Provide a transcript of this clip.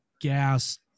gas